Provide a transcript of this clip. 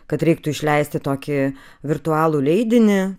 kad reiktų išleisti tokį virtualų leidinį